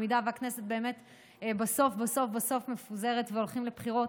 במידה שהכנסת באמת בסוף בסוף בסוף מפוזרת והולכים לבחירות.